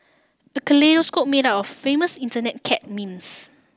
a kaleidoscope made up of famous Internet cat memes